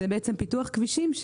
זה בעצם פיתוח כבישים,